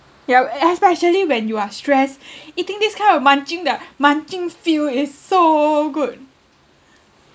you know especially when you are stressed eating this kind of munching the munching feel is so good